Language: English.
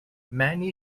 many